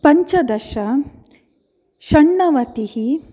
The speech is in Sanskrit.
पञ्चदश षण्णवतिः